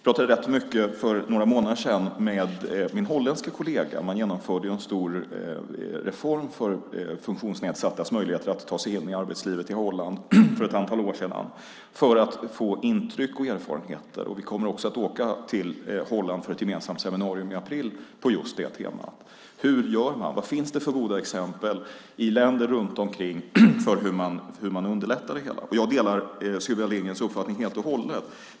För några månader sedan pratade jag rätt mycket med min holländske kollega för att få intryck och erfarenheter. I Holland genomförde man ju för ett antal år sedan en stor reform för funktionsnedsattas möjligheter att ta sig in i arbetslivet. Vi kommer att åka till Holland i april för ett gemensamt seminarium på just det temat. Hur gör man? Vad finns det för goda exempel i länder runt omkring på hur man underlättar detta? Jag delar helt och hållet Sylvia Lindgrens uppfattning.